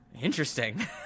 interesting